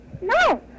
No